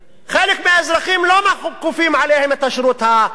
חלק מהאזרחים, לא כופים עליהם את השירות הצבאי.